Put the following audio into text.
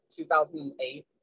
2008